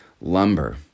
Lumber